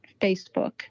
Facebook